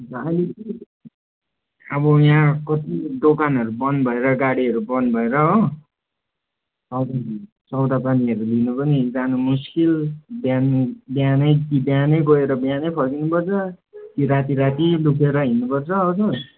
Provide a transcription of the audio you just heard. अब यहाँको दोकानहरू बन्द भएर गाडीहरू बन्द भएर हो सौदा पानीहरू लिनु पनि जानु मुस्किल बिहान बिहानै कि बिहानै गएर बिहानै फर्किनु पर्छ कि राति राति लुकेर हिँड्नु पर्छ हो सर